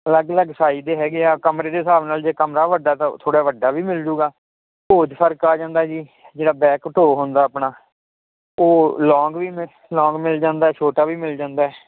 ਅਲੱਗ ਅਲੱਗ ਸਾਈਜ ਦੇ ਹੈਗੇ ਆ ਕਮਰੇ ਦੇ ਸਾਬ ਨਾਲ ਜੇ ਕਮਰਾ ਵੱਡਾ ਤਾਂ ਥੋੜਾ ਵੱਡਾ ਵੀ ਮਿਲਜੂਗਾ ਢੋ ਚ ਫਰਕ ਜਾਂਦਾ ਜੀ ਜਿਹੜਾ ਬੈਕ ਢੋ ਹੁੰਦਾ ਆਪਣਾ ਉਹ ਲੋਂਗ ਵੀ ਮਿ ਲੋਂਗ ਮਿਲ ਜਾਂਦਾ ਛੋਟਾ ਵੀ ਮਿਲ ਜਾਂਦਾ ਐ